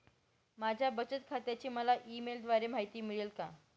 माझ्या बचत खात्याची मला ई मेलद्वारे माहिती मिळेल का?